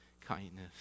kindness